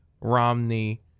Romney